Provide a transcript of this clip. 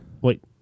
wait